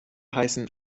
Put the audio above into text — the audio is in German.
heißen